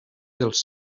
dels